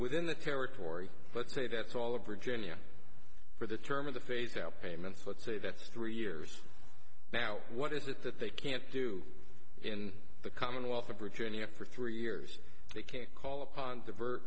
within the territory but say that all of virginia for the term of the phase out payments let's say that three years now what is it that they can't do in the commonwealth of virginia for three years they can't call upon